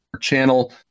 channel